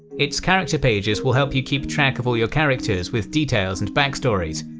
its character pages will help you keep track of all your characters with details and backstories.